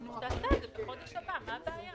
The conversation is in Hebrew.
אין שינוי.